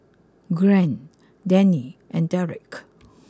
Gwen Deneen and Derick